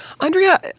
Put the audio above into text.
Andrea